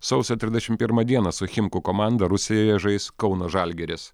sausio trisdešim pirmą dieną su chimku komanda rusijoje žais kauno žalgiris